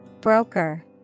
Broker